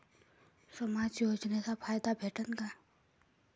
समाज योजनेचा फायदा भेटन का?